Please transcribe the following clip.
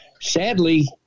sadly